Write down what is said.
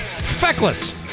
feckless